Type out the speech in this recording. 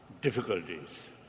difficulties